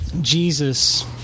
Jesus